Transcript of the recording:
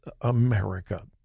America